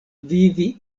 vivi